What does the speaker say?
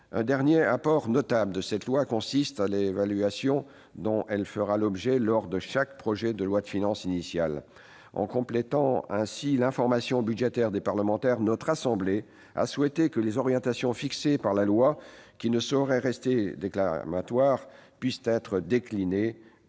dernier apport notable à la loi quinquennale consiste en l'évaluation dont elle fera l'objet lors de chaque projet de loi de finances initiale. En complétant ainsi l'information budgétaire des parlementaires, notre assemblée a souhaité que les orientations fixées par la loi, qui ne sauraient rester déclamatoires, puissent être déclinées